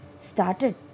started